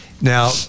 Now